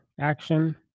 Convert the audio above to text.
action